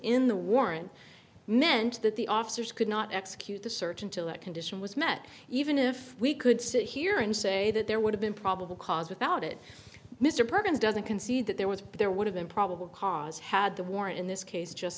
in the warrant meant that the officers could not execute the search until that condition was met even if we could sit here and say that there would have been probable cause without it mr perkins doesn't concede that there was but there would have been probable cause had the war in this case just